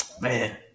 Man